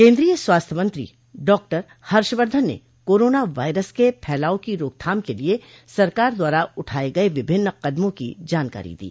केन्द्रीय स्वास्थ्य मंत्री डाक्टर हर्षवर्धन ने कोरोना वायरस के फैलाव की रोकथाम के लिए सरकार द्वारा उठाये गये विभिन्न कदमों की जानकारी दी